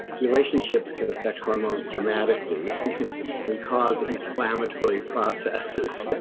relationships can affect hormones dramatically and cause inflammatory processes.